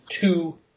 two